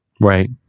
Right